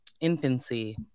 Infancy